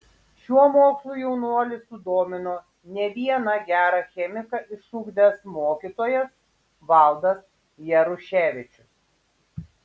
šiuo mokslu jaunuolį sudomino ne vieną gerą chemiką išugdęs mokytojas valdas jaruševičius